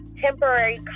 temporary